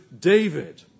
David